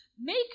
Make